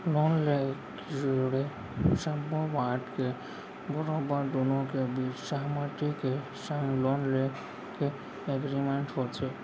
loan ले जुड़े सब्बो बात के बरोबर दुनो के बीच सहमति के संग लोन के एग्रीमेंट होथे